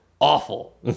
Awful